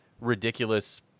ridiculous